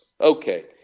Okay